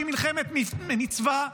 שהיא מלחמת מצווה,